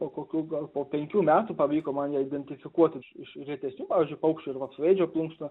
po kokių gal po penkių metų pavyko man ją identifikuoti iš iš retesnių pavyzdžiui paukščių vapsvaėdžio plunksna